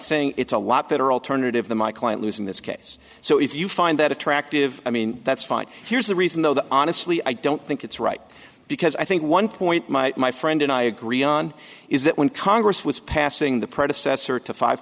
saying it's a lot better alternative than my client lose in this case so if you find that attractive i mean that's fine here's the reason though that honestly i don't think it's right because i think one point my friend and i agree on is that when congress was passing the predecessor to five